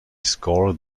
score